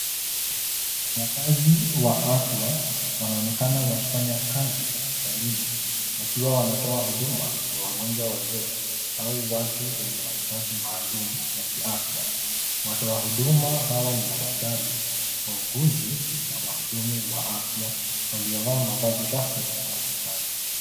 Wafanyakazi wa afya wanaonekana wakifanya kazi hospitalini, wakiwa wanatoa huduma kwa wagonjwa wazee au watu wenye mahitaji maalum wa kiafya. Watu wa huduma hawa ni madaktari wa uuguzi na wahudumu wa afya waliovaa mavazi rasmi ya hospitali.